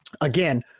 again